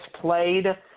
played